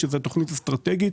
שזה תוכנית אסטרטגית,